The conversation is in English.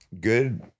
Good